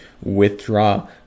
withdraw